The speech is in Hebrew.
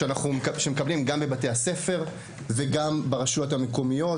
שמקבלים גם בבתי הספר וגם ברשויות המקומיות.